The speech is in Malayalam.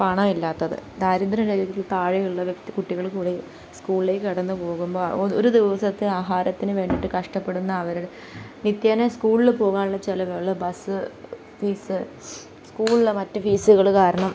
പണം ഇല്ലാത്തത് ദാരിദ്ര്യരേഖയ്ക്ക് താഴെയുള്ള വ്യക്തി കുട്ടികൾ കൂടി സ്കൂളിലേക്ക് കടന്ന് പോകുമ്പോൾ ഒരു ദിവസത്തെ ആഹാരത്തിന് വേണ്ടിയിട്ട് കഷ്ടപ്പെടുന്ന അവരുടെ നിത്യേന സ്കൂളിൽ പോകാനുള്ള ചെലവുകൾ ബസ്സ് ഫീസ് സ്കൂളിൽ മറ്റ് ഫീസുകൾ കാരണം